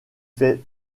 fait